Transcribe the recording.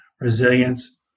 resilience